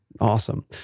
Awesome